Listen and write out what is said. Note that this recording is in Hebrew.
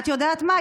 את יודעת מה?